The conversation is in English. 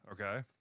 Okay